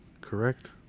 correct